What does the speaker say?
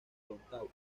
downtown